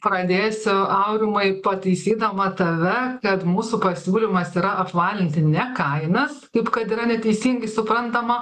pradėsiu aurimai pataisydama tave kad mūsų pasiūlymas yra apvalinti ne kainas kaip kad yra neteisingai suprantama